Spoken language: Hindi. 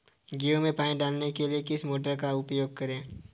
गेहूँ में पानी डालने के लिए किस मोटर का उपयोग करें?